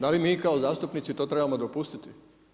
Da li mi kao zastupnici to trebamo dopustiti?